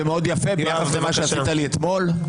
זה מאוד יפה ביחס למה שעשית לי אתמול.